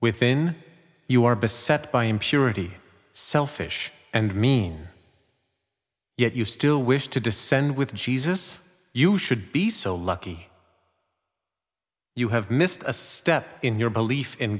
within you are beset by impurity selfish and mean yet you still wish to descend with jesus you should be so lucky you have missed a step in your belief in